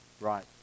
right